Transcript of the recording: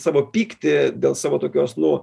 savo pyktį dėl savo tokios nu